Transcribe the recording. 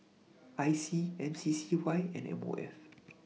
IC MCCY and MOF